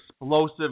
explosive